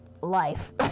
life